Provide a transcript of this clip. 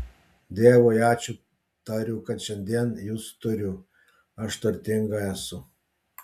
dievui ačiū tariu kad šiandien jus turiu aš turtinga esu